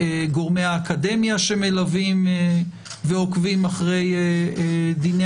גורמי האקדמיה שמלווים ועוקבים אחרי דיני